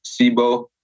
SIBO